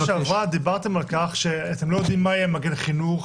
בפעם שעברה דיברתם על כך שאתם לא יודעים מה יהיה מגן חינוך,